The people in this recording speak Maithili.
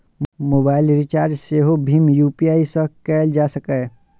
मोबाइल रिचार्ज सेहो भीम यू.पी.आई सं कैल जा सकैए